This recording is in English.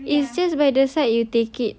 it's just by the side you take it